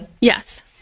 Yes